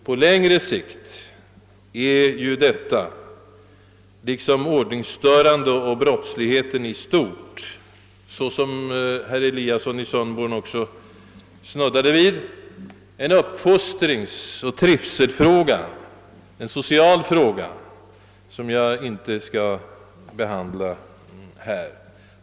På längre sikt är ju detta liksom ordningsstörandet och brottsligheten i stort, vilket också herr Eliasson i Sundborn snuddade vid, en social fråga på uppfostringsoch trivselplanet, som jag inte skall behandla i detta sammanhang.